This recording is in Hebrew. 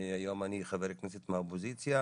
היום אני חבר כנסת מהאופוזיציה.